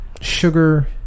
sugar